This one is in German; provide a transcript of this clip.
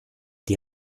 die